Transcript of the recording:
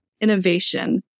innovation